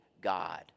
God